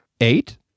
eight